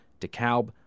DeKalb